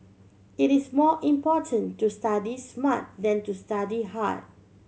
it is more important to study smart than to study hard